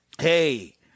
Hey